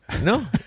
No